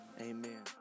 Amen